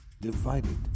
divided